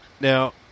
now